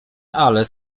ale